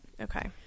Okay